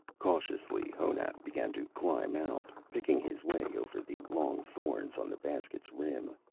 cautiously, honath began to climb out, picking his way over the long thorns on the basket's rim.